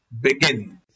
begin